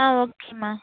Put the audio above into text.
ஆ ஓகேம்மா